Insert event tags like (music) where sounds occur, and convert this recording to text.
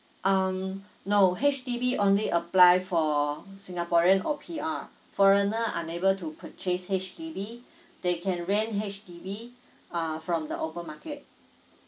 um no H_D_B only apply for singaporean or P_R foreigner unable to purchase H_D_B (breath) they can rent H_D_B (breath) uh from the open market